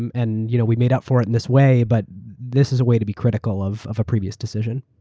and and you know weave made up for it in this way but this is a way to be critical of of a previous decision.